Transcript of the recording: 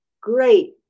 great